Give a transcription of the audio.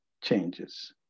changes